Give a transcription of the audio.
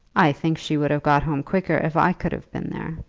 i think she would have got home quicker if i could have been there,